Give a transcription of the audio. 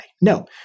No